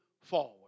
forward